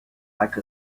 like